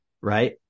right